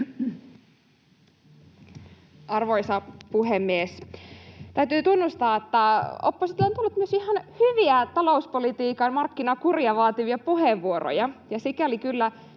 Arvoisa puhemies! Täytyy tunnustaa, että oppositiolta on tullut myös ihan hyviä talouspolitiikan markkinakuria vaativia puheenvuoroja, ja sikäli kyllä